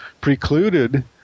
precluded